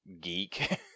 geek